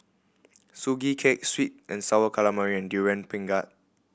Sugee Cake sweet and Sour Calamari and Durian Pengat